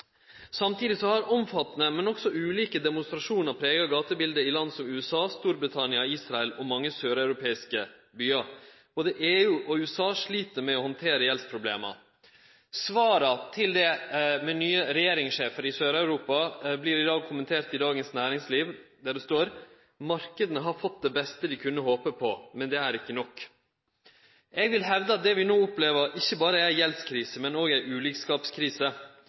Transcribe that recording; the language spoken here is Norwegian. Samtidig har omfattande, men òg ulike, demonstrasjonar prega gatebiletet i land som USA, Storbritannia og Israel og i mange søreuropeiske byar. Både EU og USA slit med å handtere gjeldsproblema. Svara på det, med nye regjeringssjefar i Sør-Europa, vert i dag kommentert i Dagens Næringsliv, der det står at marknadene har fått det beste dei kunne håpe på, men det er ikkje nok. Eg vil hevde at det vi no opplever, ikkje berre er ei gjeldskrise, men òg ei ulikskapskrise.